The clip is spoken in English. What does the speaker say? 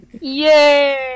Yay